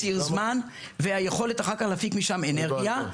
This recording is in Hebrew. ציר זמן והיכולת אחר כך להפיק משם אנרגיה.